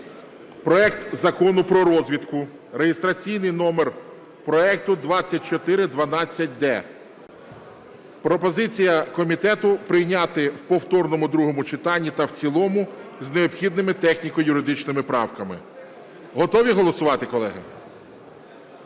проект Закону про розвідку (реєстраційний номер проекту 2412-д). Пропозиція комітету прийняти в повторному другому читанні та в цілому з необхідними техніко-юридичними правками. Готові голосувати, колеги?